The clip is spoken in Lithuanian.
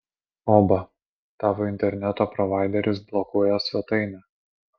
oba tavo interneto provaideris blokuoja svetainę